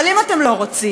אבל אם אתם לא רוצים,